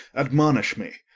admonish me.